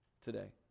today